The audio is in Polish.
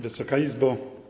Wysoka Izbo!